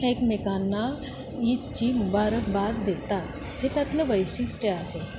एकमेकांना ईदची मुबारक बात देतात हे त्यातलं वैशिष्ट्य आहे